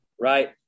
Right